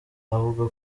avuga